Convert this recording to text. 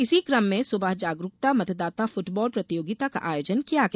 इसी कम में सुबह जागरूकता मतदाता फूटबाल प्रतियोगिता का आयोजन किया गया